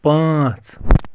پانٛژھ